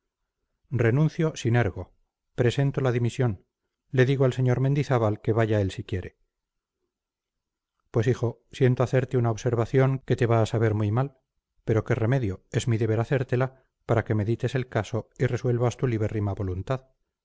renuncio sin ergo presento la dimisión le digo al sr mendizábal que vaya él si quiere pues hijo siento hacerte una observación que te va a saber muy mal pero qué remedio es mi deber hacértela para que medites el caso y resuelvas tu libérrima voluntad